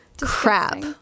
crap